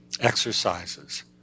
exercises